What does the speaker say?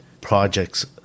projects